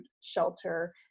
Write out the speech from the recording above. shelter